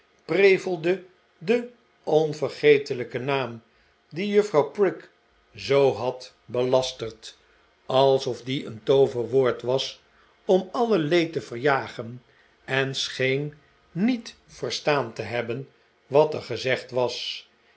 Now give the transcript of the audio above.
slaap onvergetelijken naam dien juffrouw prig zoo had belasterd alsof die een tooverwoord was orn alle leed te verjagen en scheen niet verstaan te hebben wat er gezegd was